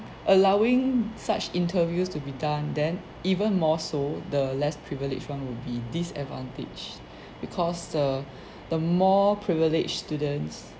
allowing such interviews to be done then even more so the less privileged one will be disadvantaged because the the more privileged students